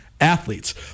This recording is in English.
Athletes